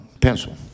pencil